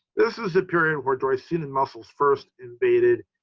this is a period where dreissenid mussels first invaded.